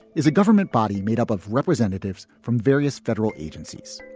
is a government body made up of representatives from various federal agencies.